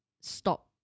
stop